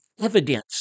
evidence